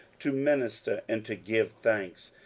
to minister, and to give thanks,